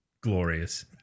glorious